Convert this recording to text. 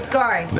guy?